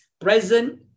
present